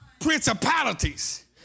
principalities